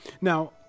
now